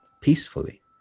peacefully